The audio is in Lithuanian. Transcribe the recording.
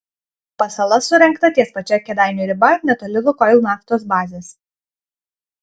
pasala surengta ties pačia kėdainių riba netoli lukoil naftos bazės